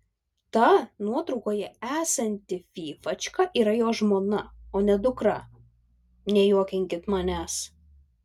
ta nuotraukoje esanti fyfačka yra jo žmona o ne dukra nejuokinkit manęs